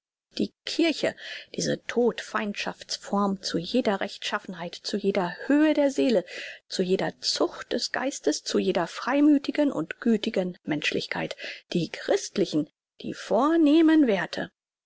die kirche diese todfeindschaftsform zu jeder rechtschaffenheit zu jeder höhe der seele zu jeder zucht des geistes zu jeder freimüthigen und gütigen menschlichkeit die christlichen die vornehmen werthe